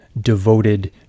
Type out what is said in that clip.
devoted